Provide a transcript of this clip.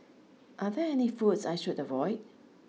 are there any foods I should avoid